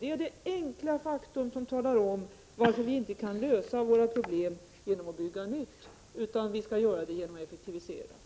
Det är det enkla faktum som talar om varför vi inte kan lösa våra problem genom att bygga nytt. Vi skall lösa våra problem genom att effektivisera.